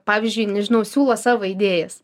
pavyzdžiui nežinau siūlo savo idėjas